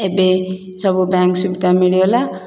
ଏବେ ସବୁ ବ୍ୟାଙ୍କ ସୁବିଧା ମିଳିଗଲା